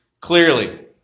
clearly